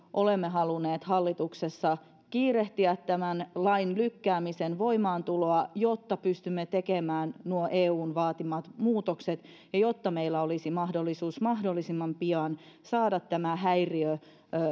olemme halunneet hallituksessa kiirehtiä tämän lain lykkäämisen voimaantuloa jotta pystymme tekemään nuo eun vaatimat muutokset ja jotta meillä olisi mahdollisuus mahdollisimman pian saada tämä häiriö